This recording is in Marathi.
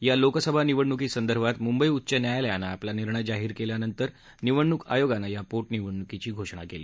या लोकसभा निवडणुकीसंदर्भात मुंबई उच्च न्यायालयानं आपला निर्णय जाहीर केल्यानंतर निवडणूक आयोगानं या पोटनिवडणुकीची घोषणा केली